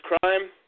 crime